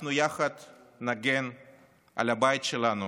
אנחנו יחד נגן על הבית שלנו